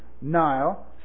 Nile